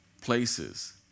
Places